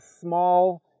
small